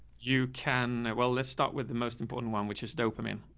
you can. well, let's start with the most important one, which is dopamine.